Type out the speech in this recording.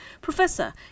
Professor